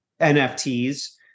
NFTs